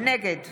נגד